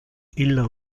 illa